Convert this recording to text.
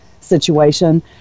situation